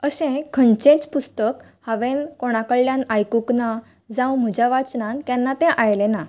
अशें खंयचेंच पुस्तक हांवेन कोणाकडल्यान आयकूंक ना जांव म्हज्या वाचनान केन्ना तें आयले ना